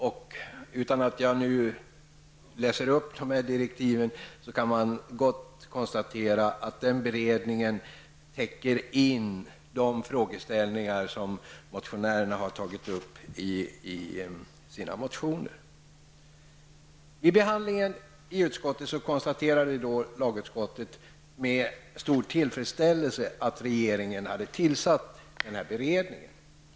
Jag skall inte läsa upp dessa direktiv, men jag kan konstatera att denna beredning täcker in de frågeställningar som motionärerna har tagit upp i sina motioner. Vid behandlingen i utskottet konstaterade man med stor tillfredsställelse att regeringen hade tillsatt denna beredning.